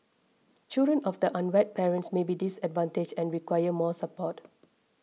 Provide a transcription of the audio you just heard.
children of the unwed parents may be disadvantaged and require more support